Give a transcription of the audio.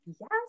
yes